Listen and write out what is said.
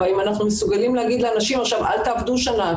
והאם אנחנו מסוגלים להגיד לאנשים עכשיו: אל תעבדו שנה,